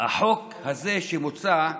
החוק הזה שמוצע,